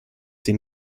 dem